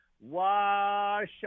Wash